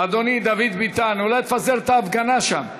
אדוני, דוד ביטן, אולי תפזר את ההפגנה שם?